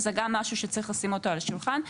שזה גם משהו שצריך לשים אותו על השולחן.